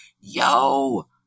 yo